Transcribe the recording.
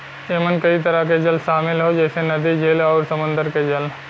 एमन कई तरह के जल शामिल हौ जइसे नदी, झील आउर समुंदर के जल